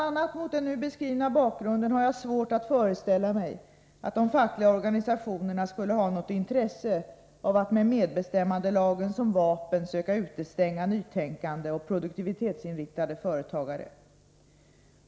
a. mot den nu beskrivna bakgrunden har jag svårt att föreställa mig att de fackliga organisationerna skulle ha något intresse av att med medbestämmandelagen som vapen söka utestänga nytänkande och produktivitetsinriktade företagare.